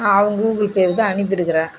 அவங்க கூகுள்பேவுக்கு தான் அனுப்பிருக்கிறேன்